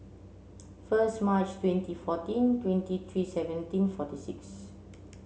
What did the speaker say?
first March twenty fourteen twenty three seventeen forty six